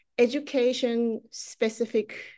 education-specific